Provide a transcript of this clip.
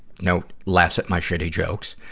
note, laughs at my shitty jokes.